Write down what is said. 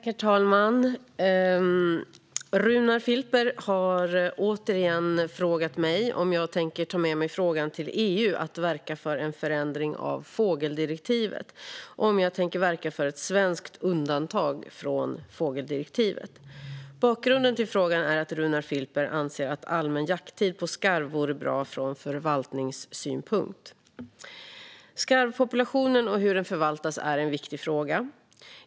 Herr talman! Runar Filper har återigen frågat mig om jag tänker ta med mig frågan till EU att verka för en förändring av fågeldirektivet och om jag tänker verka för ett svenskt undantag från fågeldirektivet. Bakgrunden till frågan är att Runar Filper anser att allmän jakttid på skarv vore bra från förvaltningssynpunkt. Skarvpopulationen och hur den förvaltas är en viktig fråga.